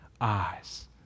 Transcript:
eyes